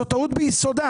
זו טעות ביסודה.